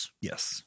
Yes